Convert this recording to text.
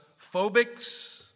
phobics